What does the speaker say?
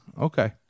okay